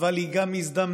אבל היא גם הזדמנות,